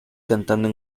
cantando